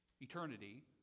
eternity